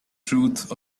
truth